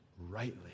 rightly